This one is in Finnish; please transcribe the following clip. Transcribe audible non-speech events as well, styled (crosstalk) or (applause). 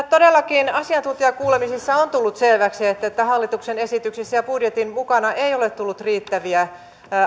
(unintelligible) todellakin asiantuntijakuulemisissa on tullut selväksi että hallituksen esityksissä ja budjetin mukana ei ole tullut riittäviä